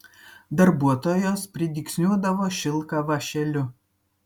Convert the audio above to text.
darbuotojos pridygsniuodavo šilką vąšeliu